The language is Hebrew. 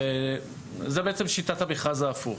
זו בעצם שיטת המכרז ההפוך